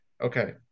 Okay